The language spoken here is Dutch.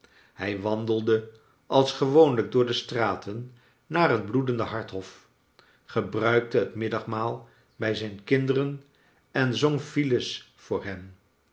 hij wandelde als gewoonlijk door de straten naar het bloedende hart hof gebruikte het middagmaal bij zijn kinderen en zong phyllis voor hen